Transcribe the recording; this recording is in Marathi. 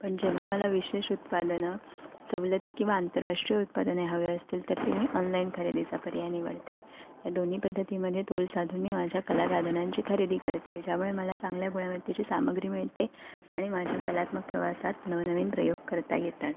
पण जेव्हा मला विशेष उत्पादनं सवलती किंवा आंतरराष्ट्रीय उत्पादने हवे असतील तर ते मी ऑनलाईन खरेदीचा पर्याय निवडते या दोन्ही पद्धतीमध्ये तोल साधून मी माझ्या कला साधनांची खरेदी करते ज्यामुळे मला चांगल्या गुणवत्तेची सामग्री मिळते आणि माझ्या कलात्मक प्रवासात नवनवीन प्रयोग करता येतात